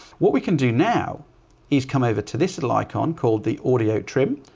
what we can do now is come over to this little icon called the audio trim,